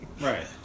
right